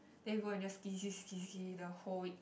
then you go and just ski ski ski ski the whole week